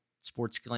sports